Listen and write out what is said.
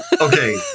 okay